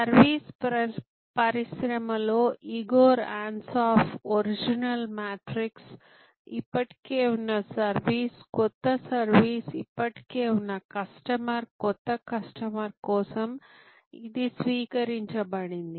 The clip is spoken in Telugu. సర్వీస్ పరిశ్రమ లో ఇగోర్ అన్సాఫ్ ఒరిజినల్ మ్యాట్రిక్స్ ఇప్పటికే ఉన్న సర్వీస్ కొత్త సర్వీస్ ఇప్పటికే ఉన్న కస్టమర్ కొత్త కస్టమర్ కోసం ఇది స్వీకరించబడింది